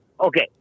Okay